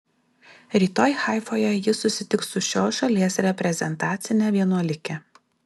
rytoj haifoje ji susitiks su šios šalies reprezentacine vienuolike